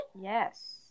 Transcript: Yes